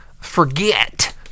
forget